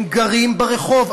הם גרים ברחוב.